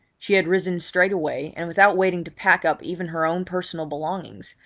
she had risen straightway, and, without waiting to pack up even her own personal belongings,